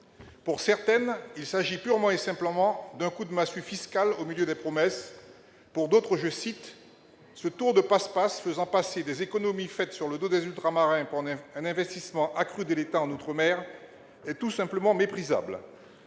Pour certaines, il s'agit « purement et simplement d'un coup de massue fiscal au milieu des promesses ». Pour d'autres, « ce tour de passe-passe faisant passer des économies faites sur le dos des Ultramarins pour un investissement accru de l'État en outre-mer est tout simplement méprisable ».